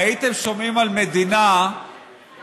נגיד שהייתם שומעים על מדינה בעולם,